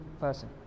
person